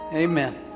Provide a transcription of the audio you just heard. Amen